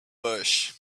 bush